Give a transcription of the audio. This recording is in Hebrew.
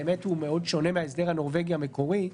הוא באמת מאוד שונה מ"ההסדר הנורבגי" המקורי.